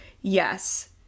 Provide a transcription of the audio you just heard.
Yes